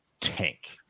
tank